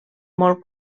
molt